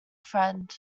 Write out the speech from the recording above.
friend